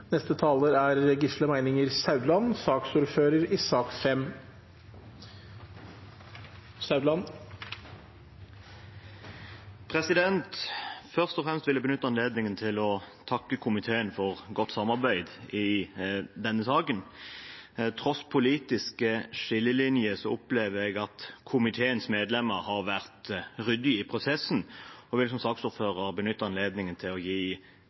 Først og fremst vil jeg benytte anledningen til å takke komiteen for godt samarbeid i denne saken. Til tross for politiske skillelinjer opplever jeg at komiteens medlemmer har vært ryddige i prosessen, og jeg vil som saksordfører benytte anledningen til å gi